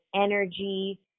energy